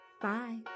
Bye